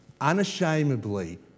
unashamedly